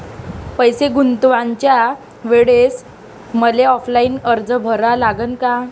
पैसे गुंतवाच्या वेळेसं मले ऑफलाईन अर्ज भरा लागन का?